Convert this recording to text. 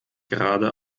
gerade